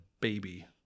baby